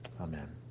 Amen